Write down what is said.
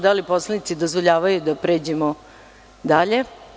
Da li poslanici dozvoljavaju da pređemo dalje?